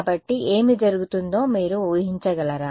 కాబట్టి ఏమి జరుగుతుందో మీరు ఊహించగలరా